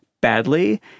badly